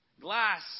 Glass